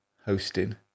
hosting